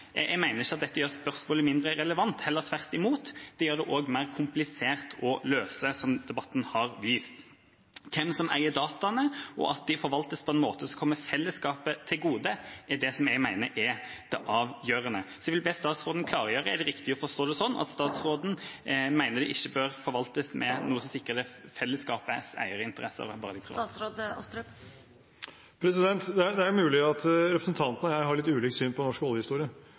jeg mener ikke at dette gjør spørsmålet mindre relevant, heller tvert imot, og det gjør det også mer komplisert å løse, som debatten har vist. Hvem som eier dataene, og at de forvaltes på en måte som kommer fellesskapet til gode, er det jeg mener er det avgjørende. Jeg vil be statsråden klargjøre: Er det riktig å forstå det sånn at statsråden mener det ikke bør forvaltes med tanke på å sikre fellesskapets eierinteresser? Det er mulig at representanten og jeg har litt ulikt syn på norsk oljehistorie